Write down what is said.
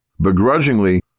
Begrudgingly